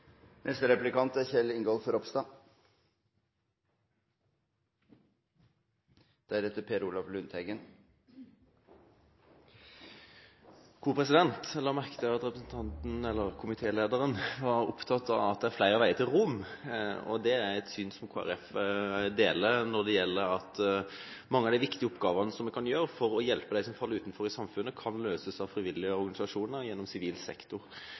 la merke til at komitélederen var opptatt av at det er flere veier til Rom. Det er et syn som Kristelig Folkeparti deler når det gjelder det at mange av de viktige oppgavene som vi kan gjøre for å hjelpe dem som faller utenfor i samfunnet, kan løses av frivillige organisasjoner gjennom sivil sektor.